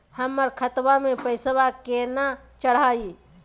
हमर खतवा मे पैसवा केना चढाई?